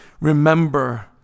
remember